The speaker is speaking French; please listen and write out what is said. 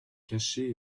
cacher